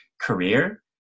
career